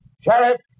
Sheriff